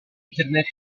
internet